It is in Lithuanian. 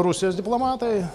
rusijos diplomatai